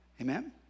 amen